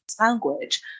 language